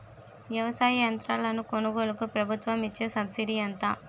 వ్యవసాయ యంత్రాలను కొనుగోలుకు ప్రభుత్వం ఇచ్చే సబ్సిడీ ఎంత?